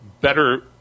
better